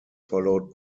followed